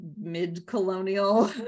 mid-colonial